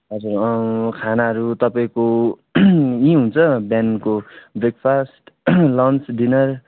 हजुर खानाहरू तपाईँको यहीँ हुन्छ बिहानको ब्रेकफास्ट लन्च डिनर